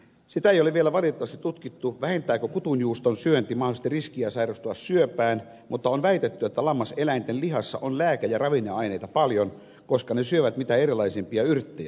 sitä ei ole vielä valitettavasti tutkittu vähentääkö kutunjuuston syönti mahdollisesti riskiä sairastua syöpään mutta on väitetty että lammaseläinten lihassa on lääke ja ravinneaineita paljon koska ne syövät mitä erilaisimpia yrttejä